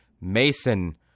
Mason